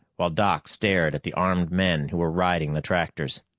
while doc stared at the armed men who were riding the tractors.